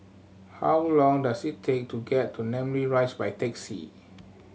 how long does it take to get to Namly Rise by taxi